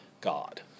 God